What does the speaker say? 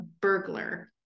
burglar